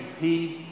peace